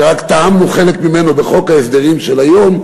שרק טעמנו חלק ממנו בחוק ההסדרים של היום,